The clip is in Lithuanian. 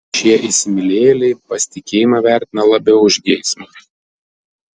šie įsimylėjėliai pasitikėjimą vertina labiau už geismą